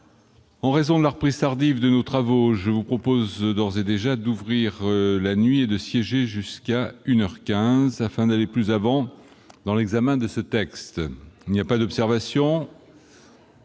en raison de la reprise tardive de nos travaux, je vous propose d'ores et déjà d'ouvrir la nuit et de siéger jusqu'à une heure quinze afin d'aller plus avant dans l'examen de ce texte. Il n'y a pas d'observation ?